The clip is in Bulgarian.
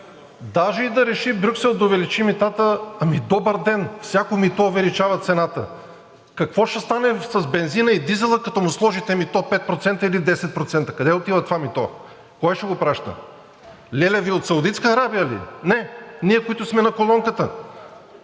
даже и Брюксел да реши да увеличи митата, ами, „Добър ден!“ – всяко мито увеличава цената. Какво ще стане с бензина и дизела, като му сложите мито 5 или 10%? Къде отива това мито? Кой ще го плаща? Леля Ви от Саудитска Арабия ли? Не! Ние, които сме на колонката!